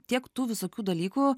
tiek tų visokių dalykų